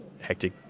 hectic